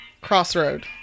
Crossroad